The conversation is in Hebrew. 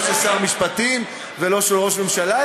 לא של שר משפטים ולא של ראש ממשלה,